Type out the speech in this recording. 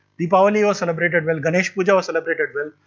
deepavali was celebrated well, ganesh puja was celebrated well.